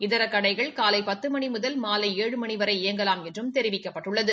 இதர கடைகள் காலை பத்து மணி முதல் மாலை ஏழு மணி வரை இயங்கலாம் என்றும் தெரிவிக்கப்பட்டுள்ளது